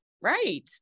right